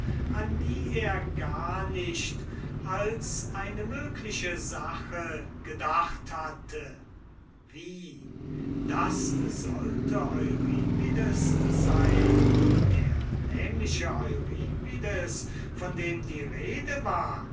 an die er nur nicht als eine mögliche sache gedacht hatte wie das sollte euripides sein der nämliche euripides von dem die rede war